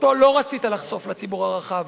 אותו לא רצית לחשוף לציבור הרחב.